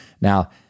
Now